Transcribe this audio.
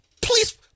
please